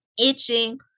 itching